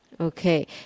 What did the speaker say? Okay